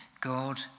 God